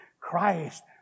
Christ